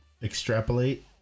extrapolate